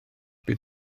bydd